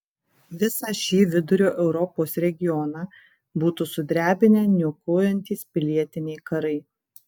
visą šį vidurio europos regioną būtų sudrebinę niokojantys pilietiniai karai